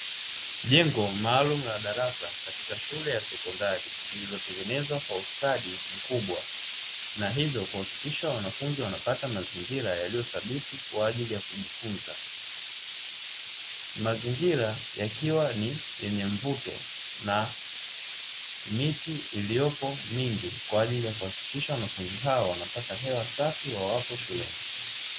Jengo maalumu la darasa katika shule ya sekondari lililotengenezwa kwa ustadi mkubwa na hivyo kuhakikisha wanafunzi wanapata mazingira yaliyo thabiti kwa ajili ya kujifunza, mazingira yakiwa ni yenye mvuto na miti iliyopo mingi kwa ajili ya kuhakikisha wanafunzi hao wanapata hewa safi wawapo shuleni.